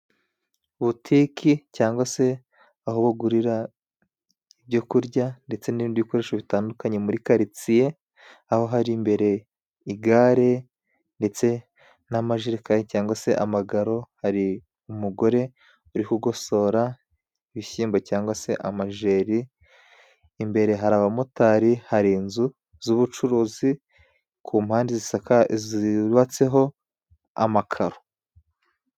Butiki cyangwa se aho bagurira ibyo kurya ndetse n'ibindi bikoresho bitandukanye muri karitsiye, aho hari imbere igare ndetse n'amajerekani cyangwa se amagaro. Hari umugore uri kugosora ibishyimbo cyangwa se amajeri. Imbere hari abamotari, hari inzu z'ubucuruzi ku mpande zubatseho amakaro.